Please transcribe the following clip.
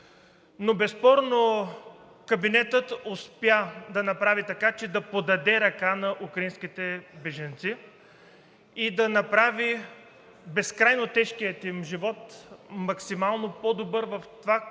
Безспорно кабинетът успя да направи така, че да подаде ръка на украинските бежанци и да направи безкрайно тежкият им живот максимално по-добър в това